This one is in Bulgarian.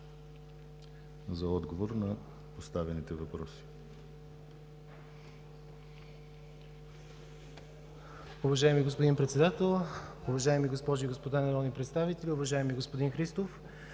за отговор на поставените въпроси.